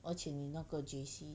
而且你那个 J_C